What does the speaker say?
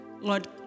Lord